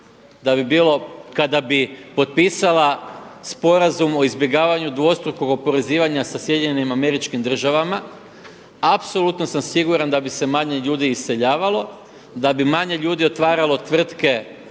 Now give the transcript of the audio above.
da bi bilo kada bi potpisala Sporazum o izbjegavanju dvostrukog oporezivanja sa SAD-om apsolutno sam siguran da bi se manje ljudi iseljavalo, da bi manje ljudi otvaralo tvrtke